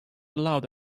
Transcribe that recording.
allowed